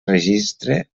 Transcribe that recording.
registre